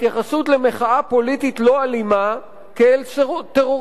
למחאה פוליטית לא אלימה כאל טרוריזם.